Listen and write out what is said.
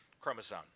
chromosome